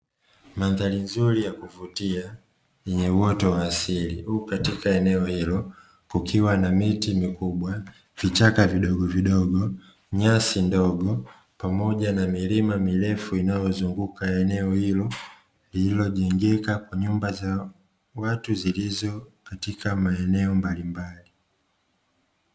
Mandhari nzuri ya kuvutia yenye uoto wa asili huku katika eneo hilo kukiwa na miti mikubwa, vichaka vidogovidogo, nyasi ndogo pamoja na milima mirefu inayozunguka eneo hilo, lililojengeka kwa nyumba za watu zilizo katika maeneo mbalimbali.